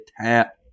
tap